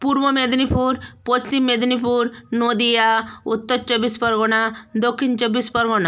Purba Medinipur Paschim Medinipur Nadia Uttar Chabbish Pargana Dakshin Chabbish Pargana